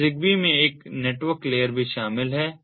अब ZigBee में एक नेटवर्क लेयर भी शामिल है